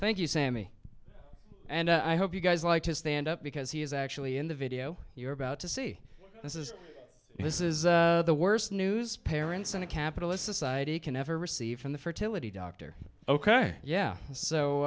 thank you sammy and i hope you guys like to stand up because he is actually in the video you're about to see this is this is the worst news parents in a capitalist society can ever receive from the fertility doctor ok yeah